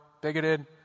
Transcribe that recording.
bigoted